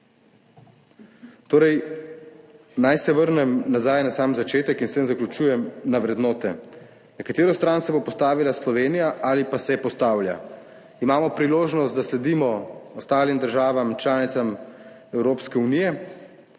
naj se vrnem nazaj na sam začetek in s tem zaključujem, na vrednote, na katero stran se bo postavila Slovenija ali pa se postavlja. Imamo priložnost, da sledimo ostalim državam članicam Evropske unije,